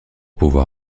pouvoir